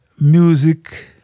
music